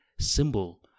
symbol